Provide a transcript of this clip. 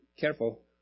Careful